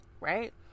right